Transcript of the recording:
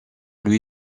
lui